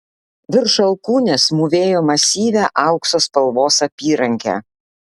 virš alkūnės mūvėjo masyvią aukso spalvos apyrankę